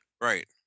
Right